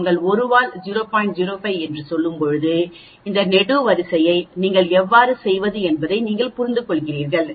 05 என்று சொல்லும்போது இந்த நெடுவரிசையை நீங்கள் எவ்வாறு செய்வது என்பதை நீங்கள் புரிந்துகொள்கிறீர்கள்